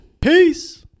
Peace